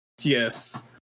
Yes